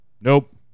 nope